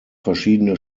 verschiedene